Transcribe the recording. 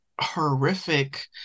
horrific